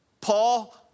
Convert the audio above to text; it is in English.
Paul